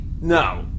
No